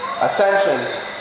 ascension